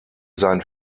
seinen